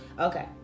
okay